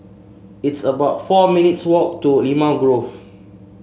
it's about four minutes' walk to Limau Grove